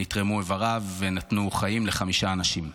איבריו נתרמו ונתנו חיים לחמישה אנשים.